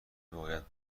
باید